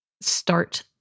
start